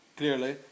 clearly